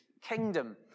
kingdom